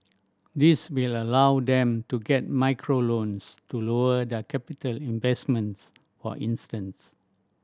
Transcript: this will allow them to get micro loans to lower their capital investments for instance